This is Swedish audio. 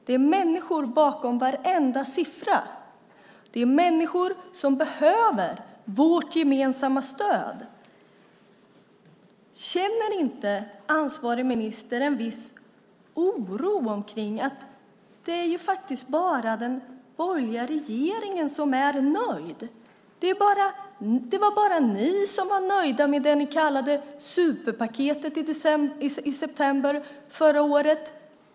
Det är människor bakom varenda siffra. Det är människor som behöver vårt gemensamma stöd. Känner inte ansvarig minister en viss oro? Det är ju faktiskt bara den borgerliga regeringen som är nöjd. Det var bara ni som var nöjda med det ni kallade för superpaketet i september förra året.